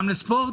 גם לספורט?